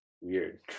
weird